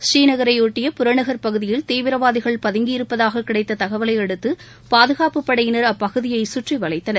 ஸ்ரீநகரையொட்டிய புறநகர் பகுதியில் தீவிரவாதிகள் பதுங்கியிருப்பதாக கிடைத்த தகவலையடுத்து பாதுகாப்புப்படையினர் அப்பகுதியை சுற்றிவளைத்தனர்